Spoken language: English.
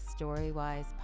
Storywise